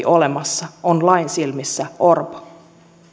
olemassa on lain silmissä orpo